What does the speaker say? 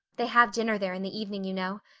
they have dinner there in the evening, you know.